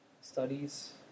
studies